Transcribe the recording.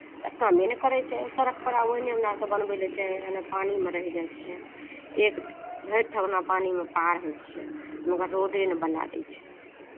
तऽ कामे नहि करै छै सड़कपर आब ओहने हमरा बनबै लै छै ओहिना पानिमे रहै जाइ छियै एक भरि ठेहुना पानिमे पार होइ छियै मगर रोडे नहि बना दै छै